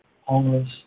homeless